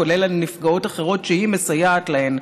כולל על נפגעות אחרות שהיא מסייעת להן,